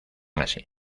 así